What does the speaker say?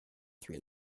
three